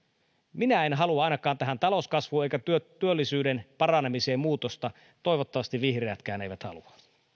minä en ainakaan halua tähän talouskasvuun enkä työllisyyden paranemiseen muutosta toivottavasti vihreätkään eivät halua